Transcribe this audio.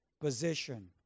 position